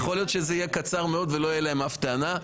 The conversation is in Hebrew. יכול להיות שזה יהיה קצר מאוד ולא תהיה להם אף טענה.